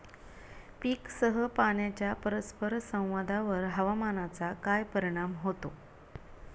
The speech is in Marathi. पीकसह पाण्याच्या परस्पर संवादावर हवामानाचा काय परिणाम होतो?